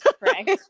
right